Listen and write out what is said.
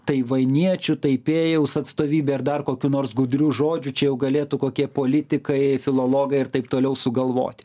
taivainiečių taipėjaus atstovybė ar dar kokių nors gudrių žodžių čia jau galėtų kokie politikai filologai ir taip toliau sugalvoti